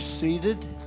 seated